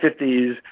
1950s